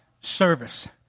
service